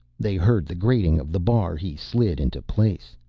they heard the grating of the bar he slid into place.